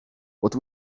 what